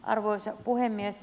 arvoisa puhemies